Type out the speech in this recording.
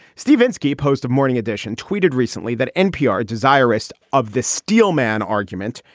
steve inskeep, host of morning edition, tweeted recently that npr desirous of the steel man argument,